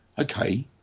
okay